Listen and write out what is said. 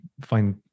find